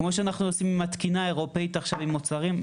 כמו שאנחנו עושים עם התקינה האירופאית עכשיו עם מוצרים,